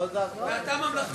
ואתה ממלכתי עכשיו?